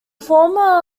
former